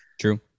True